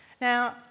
Now